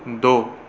दो